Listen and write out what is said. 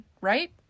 Right